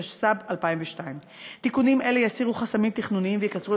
התשס"ב 2002. תיקונים אלה יסירו חסמים תכנוניים ויקצרו